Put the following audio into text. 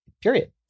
Period